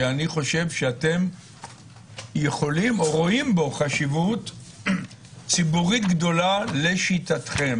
שאני חושב שאתם רואים בו חשיבות ציבורית גדולה לשיטתכם.